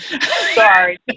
Sorry